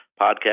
podcast